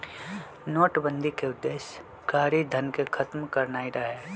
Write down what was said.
नोटबन्दि के उद्देश्य कारीधन के खत्म करनाइ रहै